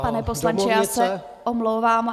Pane poslanče, já se omlouvám.